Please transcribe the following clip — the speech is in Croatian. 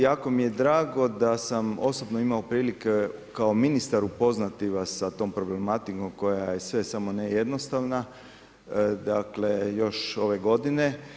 Jako mi je drago da sam osobno imao prilike kao ministar upoznati vas s tom problematikom, koja je sve samo ne jednostavna, dakle, još ove godine.